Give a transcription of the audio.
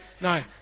No